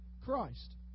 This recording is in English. Christ